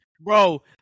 Bro